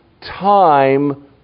time